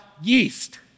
yeast